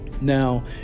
Now